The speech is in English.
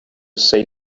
say